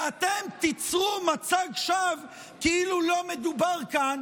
ואתם תיצרו מצג שווא כאילו לא מדובר כאן